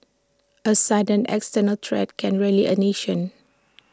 A sudden external threat can rally A nation